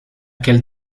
quelle